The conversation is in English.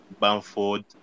Bamford